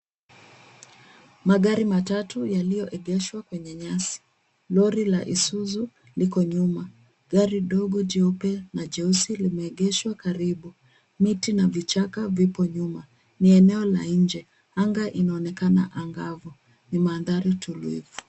Magari matatu yaliyoegeshwa kwenye nyasi. Lori la Isuzu liko nyuma. Gari dogo jeupe na jeusi limeegeshwa karibu. Miti na vichaka vipo nyuma. Ni eneo la nje. Anga inaonekana angavu. Ni mandhari tulivu.